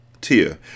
Tia